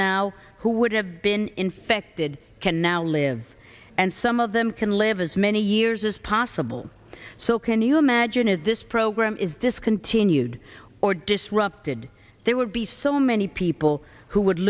now who would have been infected can now live and some of them can live as many years as possible so can you imagine if this program is this continued or disrupted there would be so many people who would